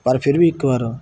ਪਰ ਫਿਰ ਵੀ ਇੱਕ ਵਾਰ